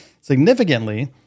significantly